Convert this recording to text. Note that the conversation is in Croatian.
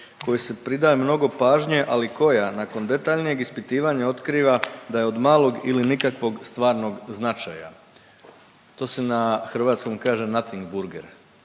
kojoj se pridaje mnogo pažnje, ali koja nakon detaljnijeg ispitivanja otkriva da je od malog ili nikakvog stvarnog značaja. To se na hrvatskom kaže nothing burger.